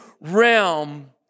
realm